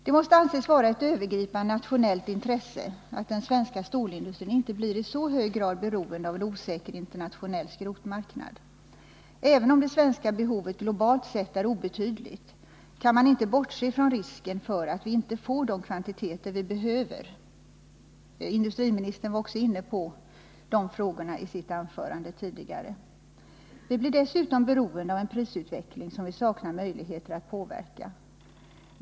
Det måste anses vara ett övergripande nationellt intresse att den svenska stålindustrin inte blir i så hög grad beroende av en osäker'internationell skrotmarknad. Även om det svenska behovet globalt sett är obetydligt, kan man inte bortse från risken för att vi inte får de kvantiteter som vi behöver. Industriministern var också inne på de frågorna i sitt anförande tidigare i dag. Vi blir dessutom beroende av en prisutveckling som vi saknar möjligheter att påverka.